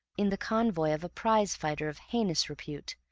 in the convoy of a prize-fighter of heinous repute,